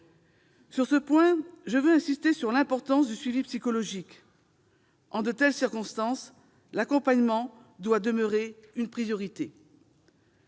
Sur ce point, je veux insister sur l'importance du suivi psychologique. En de telles circonstances, l'accompagnement doit demeurer une priorité.